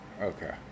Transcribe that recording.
Okay